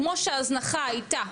כמו שההזנחה הייתה